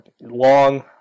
long